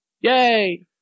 Yay